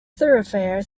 thoroughfare